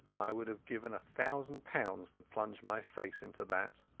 i would have given a thousand pounds to plunge my face into that.